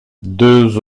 deux